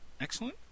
Excellent